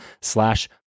slash